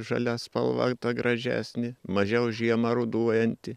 žalia spalva gražesnė mažiau žiemą ruduojanti